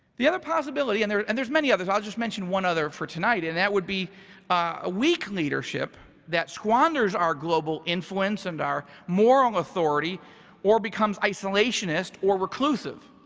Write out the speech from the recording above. the other possibility, and there's and there's many others, i'll just mention one other for tonight. and that would be a weak leadership that squanders our global influence and our moral authority or becomes isolationists or reclusive.